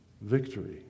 victory